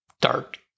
dark